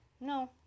No